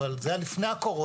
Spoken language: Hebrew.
אבל זה היה לפני הקורונה.